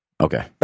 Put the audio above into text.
Okay